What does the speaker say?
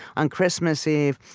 on christmas eve,